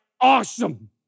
awesome